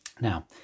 Now